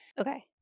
Okay